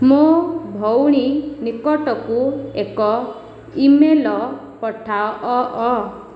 ମୋ ଭଉଣୀ ନିକଟକୁ ଏକ ଇମେଲ୍ ପଠାଅ